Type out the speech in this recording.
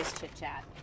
chit-chat